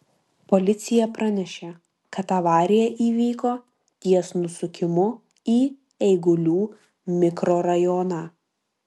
policija pranešė kad avarija įvyko ties nusukimu į eigulių mikrorajoną